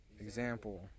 Example